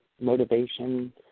motivation